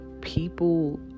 people